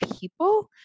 people